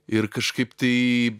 ir kažkaip tai